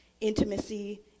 Intimacy